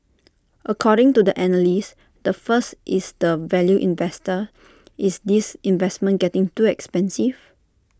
according to the analyst the first is the value investor is this investment getting too expensive